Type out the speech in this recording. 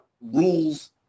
rules